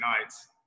nights